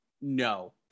no